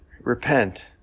repent